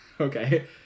Okay